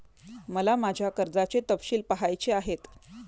मला माझ्या कर्जाचे तपशील पहायचे आहेत